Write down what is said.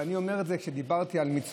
אני אמרתי את זה כשדיברתי על מצוות.